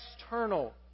external